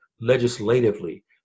legislatively